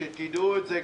דעו את זה.